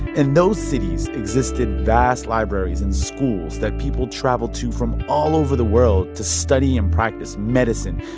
and those cities existed vast libraries and schools that people traveled to from all over the world to study and practice medicine,